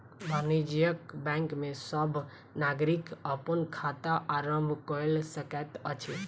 वाणिज्य बैंक में सब नागरिक अपन खाता आरम्भ कय सकैत अछि